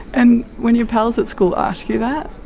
and when your pals at school ask you that,